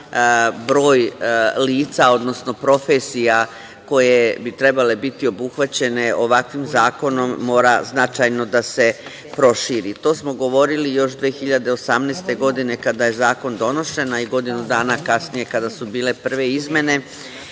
broj lica, odnosno profesija koje bi trebale biti obuhvaćene ovakvim zakonom, mora značajno da se proširi. To smo govorili još 2018. godine kada je zakon donošen, a i godinu dana kasnije kada su bile prve izmene,